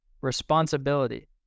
Responsibility